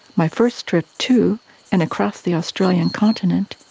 my first trip to and across the australian continent